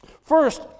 First